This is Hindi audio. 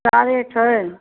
सारे ठेन